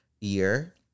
year